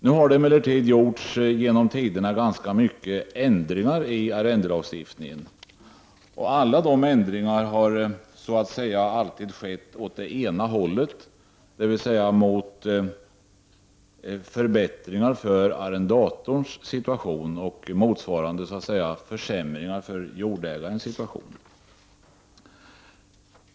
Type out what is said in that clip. Nu har det emellertid genom tiderna gjorts ganska många ändringar i arrendelagstiftningen, och alla de ändringarna har skett åt det ena hållet, dvs. mot förbättringar för arrendatorns situation och motsvarande försämringar för jordägarens situation.